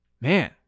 man